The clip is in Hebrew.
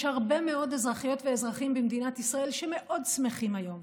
יש הרבה מאוד אזרחיות ואזרחים במדינת ישראל שמאוד שמחים היום,